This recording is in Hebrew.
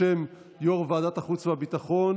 בשם יושב-ראש ועדת החוץ והביטחון,